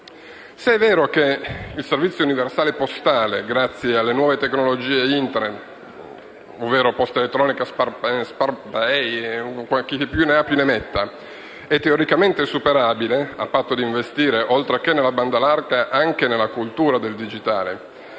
Se è vero che il servizio universale postale, grazie alle nuove tecnologie Internet, ovvero posta elettronica e *smartkey* (chi più ne ha, più ne metta), è teoricamente superabile, a patto di investire oltre che nella banda larga anche nella cultura del digitale